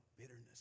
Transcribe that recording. Bitterness